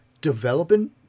developing